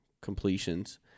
completions